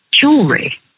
jewelry